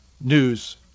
news